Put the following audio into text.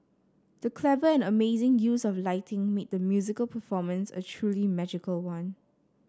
the clever and amazing use of lighting made the musical performance a truly magical one